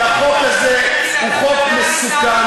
כי החוק הזה הוא חוק מסוכן.